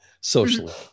socially